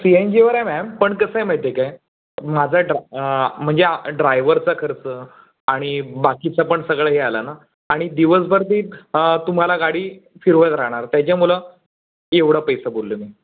C N जीवर आहे ma'am पण कसं आहे माहिती आहे काय माझा डॉक म्हणजे ड्रायवरचा खर्च आणि बाकीचं पण सगळं हे आला ना आणि दिवसभर ती तुम्हाला गाडी फिरवत राहणार त्याच्यामुळं एवढा पैसा बोललो मी